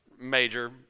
major